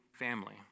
family